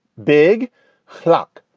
big clock.